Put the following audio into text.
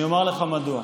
אני אומר לך מדוע.